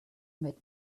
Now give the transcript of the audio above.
made